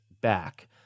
back